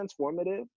transformative